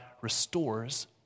restores